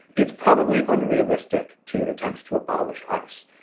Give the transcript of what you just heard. it's probably unrealistic to attempt to abolish ice.